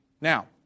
Now